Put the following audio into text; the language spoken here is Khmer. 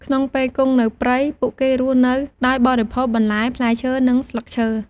ក្នុងពេលគង់នៅព្រៃ ពួកគេរស់នៅដោយបរិភោគបន្លែផ្លែឈើ និងស្លឹកឈើ។